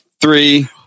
three